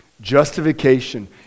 Justification